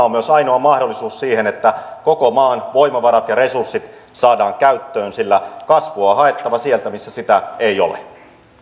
on myös ainoa mahdollisuus siihen että koko maan voimavarat ja resurssit saadaan käyttöön sillä kasvua on haettava sieltä missä sitä ei ole